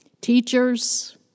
teachers